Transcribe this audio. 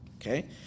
Okay